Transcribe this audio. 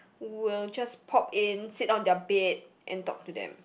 will just pop in sit on their bed and talk to them